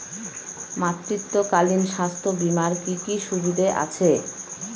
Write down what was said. মাতৃত্বকালীন স্বাস্থ্য বীমার কি কি সুবিধে আছে?